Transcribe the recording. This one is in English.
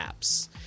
apps